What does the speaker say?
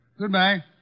Goodbye